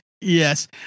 Yes